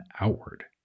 outward